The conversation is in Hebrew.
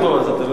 מאה אחוז.